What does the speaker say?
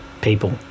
people